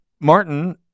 Martin